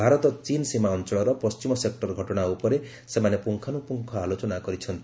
ଭାରତ ଚୀନ୍ ସୀମା ଅଞ୍ଚଳର ପଶ୍ଚିମ ସେକ୍ଟର ଘଟଣା ଉପରେ ସେମାନେ ପୁଙ୍ଗାନୁପୁଙ୍ଗ ଆଲୋଚନା କରିଛନ୍ତି